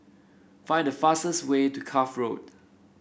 find the fastest way to Cuff Road